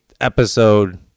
episode